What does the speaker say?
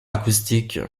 acoustique